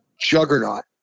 juggernaut